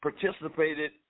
participated